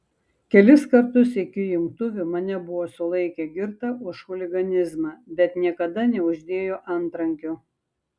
kelis kartus iki jungtuvių mane buvo sulaikę girtą už chuliganizmą bet niekada neuždėjo antrankių